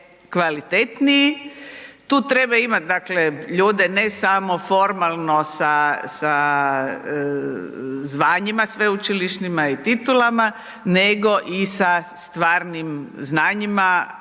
kvalitetniji. Tu treba imat, dakle ljude ne samo formalno sa, sa zvanjima sveučilišnima i titulama nego i sa stvarnim znanjima,